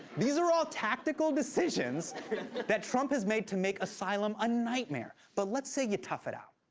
these are all tactical decisions that trump has made to make asylum a nightmare, but let's say you tough it out.